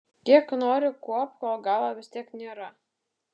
kiek nori kuopk o galo vis tiek nėra